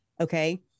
Okay